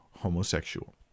homosexual